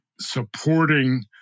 supporting